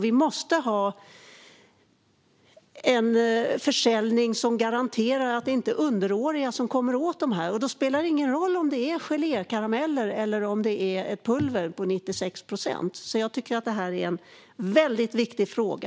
Vi måste ha en försäljning som garanterar att underåriga inte kommer åt dem, och då spelar det ingen roll om det är gelégodis eller ett 96-procentigt pulver. Jag tycker därför att detta är en mycket viktig fråga.